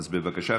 בבקשה,